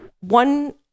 one